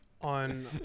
on